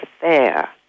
fair